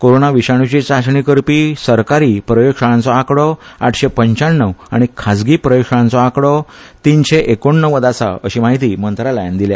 कोरोना विशाणूची चांचणी करपी सरकारी प्रयोगशाळांचो आकडो आठशे पंचाण्णव आनी खाजगी प्रयोगशाळांचो आकडो तीनशे एकोणनव्वद आसा अशी म्हायती मंत्रालयान दिल्या